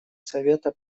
совета